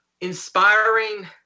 Inspiring